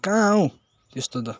कहाँ हौ त्यस्तो त